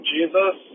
Jesus